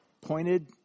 Pointed